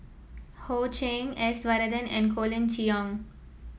Ho Ching S Varathan and Colin Cheong